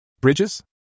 Bridges